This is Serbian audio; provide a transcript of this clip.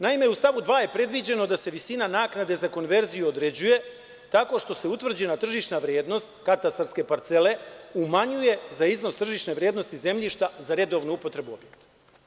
Naime, u stavu 2. je predviđeno da se visina naknade za konverziju određuje tako što se utvrđena tržišna vrednost katastarske parcele umanjuje za iznos tržišne vrednosti zemljišta za redovnu upotrebu objekta.